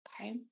okay